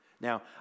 Now